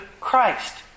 Christ